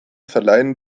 verleihen